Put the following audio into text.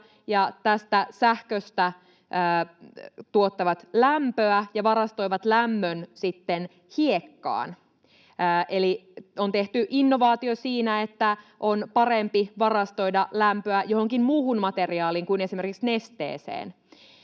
sähköstä tuottavat lämpöä ja varastoivat lämmön hiekkaan. Eli on tehty innovaatio siinä, että on parempi varastoida lämpöä johonkin muuhun materiaaliin kuin esimerkiksi nesteeseen.